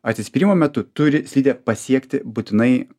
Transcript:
atsispyrimo metu turi slidė pasiekti būtinai